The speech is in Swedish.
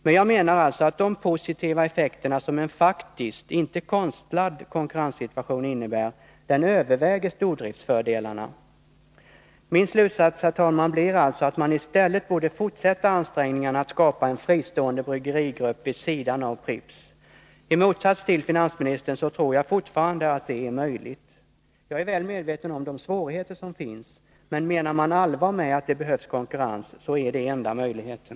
Men jag menar alltså att de positiva effekter som en faktisk, inte konstlad, konkurrenssituation innebär överväger stordriftsfördelarna. Min slutsats, herr talman, blir alltså att man i stället borde fortsätta ansträngningen att skapa en fristående bryggerigrupp vid sidan av Pripps. I motsats till finansministern tror jag fortfarande att det är möjligt. Jag är väl medveten om de svårigheter som finns, men menar man allvar med att det behövs konkurrens är det den enda möjligheten.